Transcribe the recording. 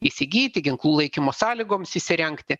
įsigyti ginklų laikymo sąlygoms įsirengti